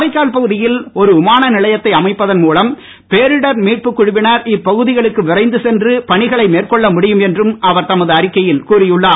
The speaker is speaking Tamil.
காரைக்கால் பகுதியில் ஒரு விமான நிலையத்தை அமைப்பதன் மூலம் பேரிடர் மீட்புக் குழுவினர் இப்பகுதிகளுக்கு விரைந்து சென்று பணிகளை மேற்கொள்ள முடியும் என்றும் அவர் தமது அறிக்கையில் கூறியுள்ளார்